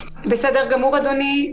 בסדר גמור, אדוני.